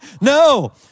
No